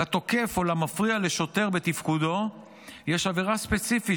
לתוקף או למפריע לשוטר בתפקודו יש עבירה ספציפית